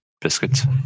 biscuits